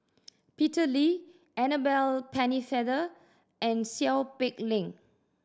Peter Lee Annabel Pennefather and Seow Peck Leng